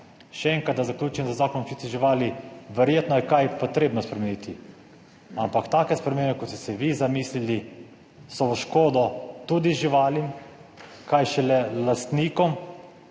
Še enkrat, da zaključim z Zakon o zaščiti živali, verjetno je kaj potrebno spremeniti, ampak take spremembe, kot ste si vi zamislili so v škodo tudi živalim, kaj šele lastnikom,